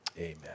amen